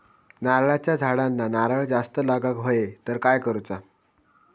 नारळाच्या झाडांना नारळ जास्त लागा व्हाये तर काय करूचा?